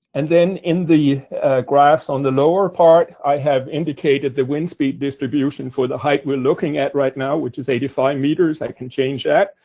and then, in the graphs on the lower part, i have indicated the windspeed distribution for the height we're looking at right now, which is eighty five meters. i can change that.